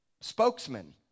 spokesman